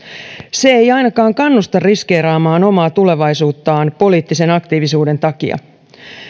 se ei ainakaan kannusta riskeeraamaan omaa tulevaisuuttaan poliittisen aktiivisuuden takia